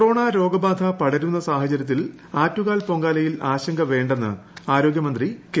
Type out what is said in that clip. corona രോഗബാധ പടരുന്ന സാഹചര്യത്തിൽ ആറ്റുകാൽ പൊങ്കാലയിൽ ആശങ്ക വേണ്ടെന്ന് ആരോഗ്യമന്ത്രി കെ